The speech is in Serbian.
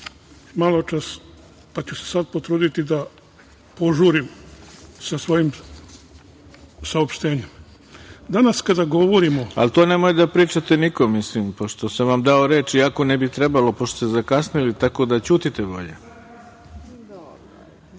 maločas, pa ću se sad potruditi da požurim sa svojim saopštenjem. Danas kada govorimo… **Ivica Dačić** To nemojte da pričate nikome, pošto sam vam dao reč iako ne bi trebalo pošto ste zakasnili. Tako da, ćutite bolje.